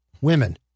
women